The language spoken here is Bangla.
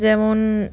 যেমন